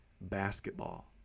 basketball